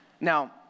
Now